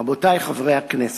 רבותי חברי הכנסת,